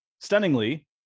stunningly